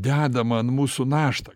dedama ant mūsų našta